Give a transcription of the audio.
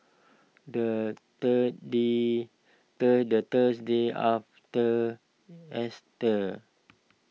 the Thursday the the Thursday after Easter